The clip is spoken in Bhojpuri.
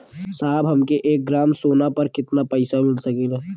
साहब हमके एक ग्रामसोना पर कितना पइसा मिल सकेला?